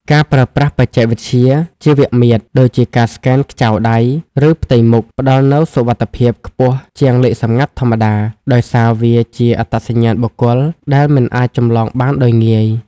ការប្រើប្រាស់បច្ចេកវិទ្យា ជីវមាត្រ ដូចជាការស្កែនខ្ចៅដៃ ឬផ្ទៃមុខ ផ្ដល់នូវសុវត្ថិភាពខ្ពស់ជាងលេខសម្ងាត់ធម្មតា ដោយសារវាជាអត្តសញ្ញាណបុគ្គលដែលមិនអាចចម្លងបានដោយងាយ។